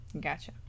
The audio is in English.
Gotcha